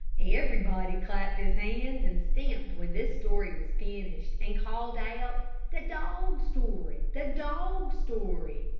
everybody clapped his hands, and stamped when this story was finished, and called out the dog story the dog story!